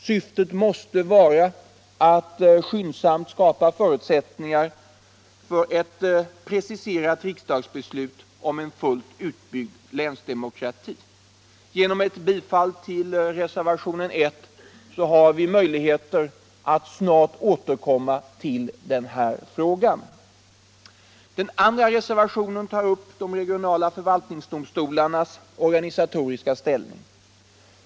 Syftet måste vara att skyndsamt skapa förutsättningar för ett preciserat riksdagsbeslut om fullt utbyggd länsdemokrati. Genom bifall till reservationen I har vi möjligheter att snart återkomma till denna fråga. Den andra reservationen tar upp de regionala förvaltningsdomstolarnas organisatoriska ställning.